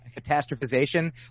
catastrophization